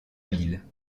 ville